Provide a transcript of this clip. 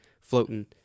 floating